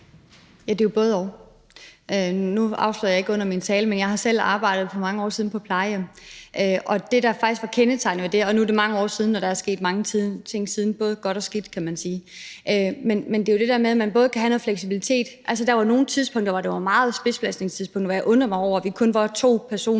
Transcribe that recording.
(V): Det er jo både-og. Nu afslørede jeg det ikke under min tale, men jeg har selv for mange år siden arbejdet på et plejehjem. Det, der faktisk var kendetegnende ved det – nu er det mange år siden, og der er sket mange ting siden af både godt og skidt, kan man sige – var jo det der med et behov for noget fleksibilitet. Altså, der var nogle tidspunkter, hvor der var en høj spidsbelastning, og hvor jeg undrede mig over, at vi kun var to personer